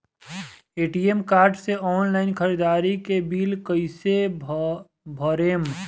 ATM card से online ख़रीदारी के बिल कईसे भरेम?